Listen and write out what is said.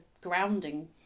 grounding